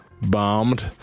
bombed